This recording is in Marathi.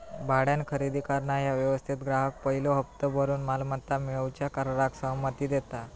भाड्यान खरेदी करणा ह्या व्यवस्थेत ग्राहक पयलो हप्तो भरून मालमत्ता मिळवूच्या कराराक सहमती देता